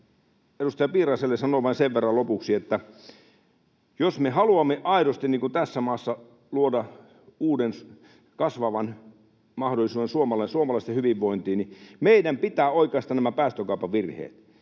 Edustaja Piiraiselle sanon vain sen verran lopuksi, että jos me haluamme aidosti tässä maassa luoda uuden, kasvavan mahdollisuuden suomalaisten hyvinvointiin, niin meidän pitää oikaista nämä päästökaupan virheet.